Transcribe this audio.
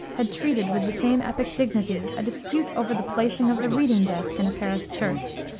had treated, with the same epic dignity, a dispute over the placing of the reading desk in a parish church.